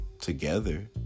together